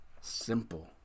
Simple